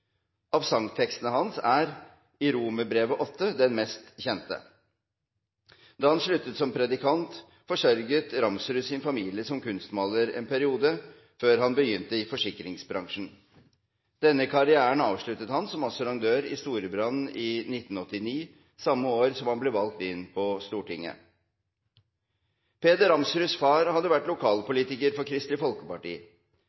Av sangtekstene hans er «I romerbrevet åtte» den mest kjente. Da han sluttet som predikant, forsørget Ramsrud sin familie som kunstmaler en periode før han begynte i forsikringsbransjen. Denne karrieren avsluttet han som assurandør i Storebrand i 1989, samme år som han ble valgt inn på Stortinget. Peder I. Ramsruds far hadde vært